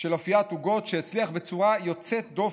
של אפיית עוגות, שהצליח בצורה יוצאת דופן.